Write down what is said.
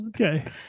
Okay